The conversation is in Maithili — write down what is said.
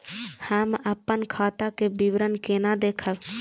हम अपन खाता के विवरण केना देखब?